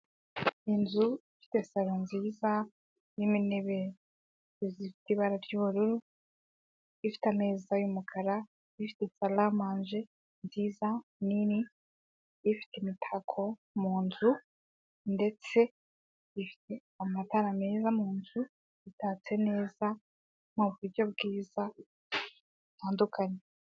Inzu ifite saro nziza irimo intebe zifite ibara ry'ubururu, ifite ameza y'umukara, ifite saramanje nziza nini, ifite imitako mu nzu, ndetse ifite amatara meza mu nzu, itatse neza mu buryo bwiza butandukanye.